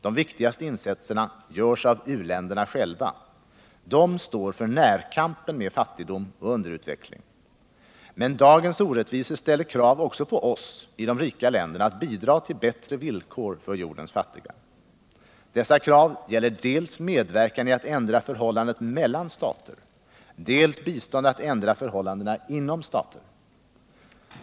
De viktigaste insatserna görs av u-länderna själva. De står för närkampen med fattigdom och underutveckling. Men dagens orättvisor ställer krav också på oss i de rika länderna att bidra till bättre villkor för jordens fattiga. Dessa krav gäller dels medverkan i att ändra förhållandet mellan stater, dels bistånd att ändra förhållanden inom stater.